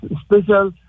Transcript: special